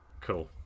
Cool